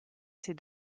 ces